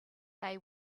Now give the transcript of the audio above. they